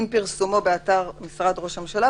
עם פרסומו באתר משרד ראש הממשלה,